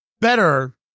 better